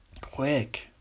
Quick